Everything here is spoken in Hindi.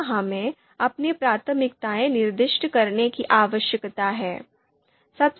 यहाँ हमें अपनी प्राथमिकताएँ निर्दिष्ट करने की आवश्यकता है